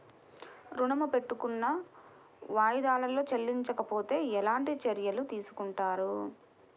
ఋణము పెట్టుకున్న వాయిదాలలో చెల్లించకపోతే ఎలాంటి చర్యలు తీసుకుంటారు?